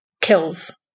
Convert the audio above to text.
kills